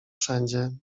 wszędzie